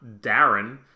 Darren